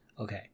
okay